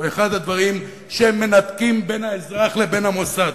הוא אחד הדברים שמנתקים בין האזרח לבין המוסד,